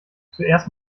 zuerst